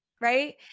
right